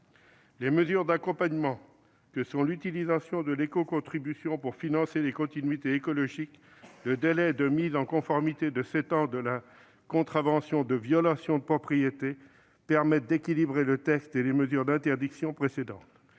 Les mesures d'accompagnement que sont l'utilisation de l'écocontribution pour financer les continuités écologiques, le délai de mise en conformité de sept ans et la contravention de violation de propriété permettent d'équilibrer le texte et les mesures d'interdiction précédentes.